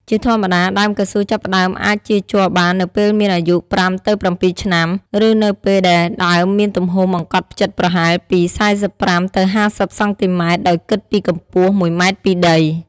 ជាធម្មតា ដើមកៅស៊ូចាប់ផ្តើមអាចចៀរជ័របាននៅពេលមានអាយុ ៥ ទៅ ៧ ឆ្នាំ ឬនៅពេលដែលដើមមានទំហំអង្កត់ផ្ចិតប្រហែលពី ៤៥ ទៅ ៥០ សង់ទីម៉ែត្រដោយគិតពីកម្ពស់ ១ ម៉ែត្រពីដី។